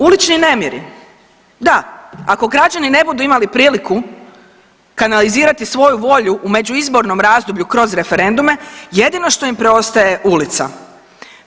Ulični nemiri, da ako građani ne budu imali priliku kanalizirati svoju volju u međuizbornom razdoblju kroz referendume jedino što ime preostaje je ulica.